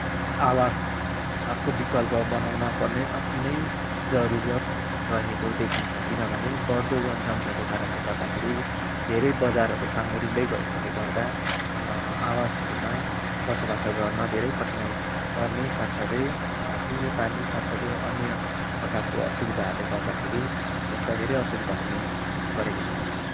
आवास अर्को विकल्प बनाउनु पर्ने अतिनै जरुरत रहेको देखिन्छ किनभने बढदो जनसङ्ख्याको कारणले गर्दाखेरि धेरै बजारहरू साँघुरिदै गएकोले गर्दा आवासहरूमा बसोबास गर्न धेरै कठिनाई पर्ने साथसाथै पिउने पानी साथसाथै अन्य प्रकारको असुविधाहरूले गर्दाखेरि यसलाई धेरै असुविधा हुने गरेको छ